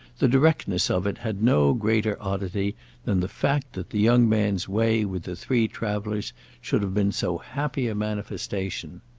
the directness of it had no greater oddity than the fact that the young man's way with the three travellers should have been so happy a manifestation.